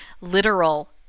literal